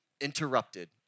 interrupted